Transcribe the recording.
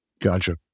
Gotcha